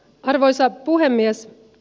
arvoisa puhemies